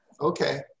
Okay